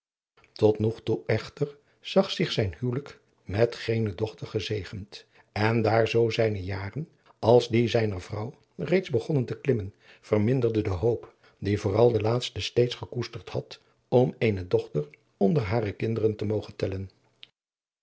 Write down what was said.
tot nog toe echter zag zich zijn huwelijk met geene dochter gezegend en daar zoo zijne jaren als die zijner vrouw reeds begonnen te klimmen verminderde de hoop die vooral de laatste steeds gekoesterd had om eene dochter onder hare kinderen te mogen tellen